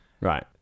right